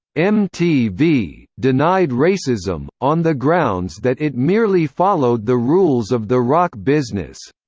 mtv denied racism, on the grounds that it merely followed the rules of the rock business.